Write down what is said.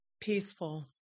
Peaceful